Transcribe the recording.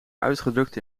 uitgedrukt